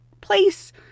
place